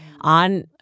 on